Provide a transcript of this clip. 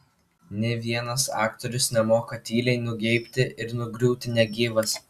nė vienas aktorius nemoka tyliai nugeibti ir nugriūti negyvas